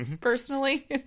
personally